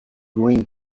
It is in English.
green